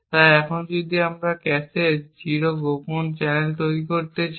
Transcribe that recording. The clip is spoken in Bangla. তাই এখন যদি আমরা একটি ক্যাশে গোপন চ্যানেল তৈরি করতে চাই